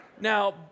Now